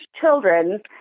children